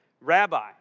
Rabbi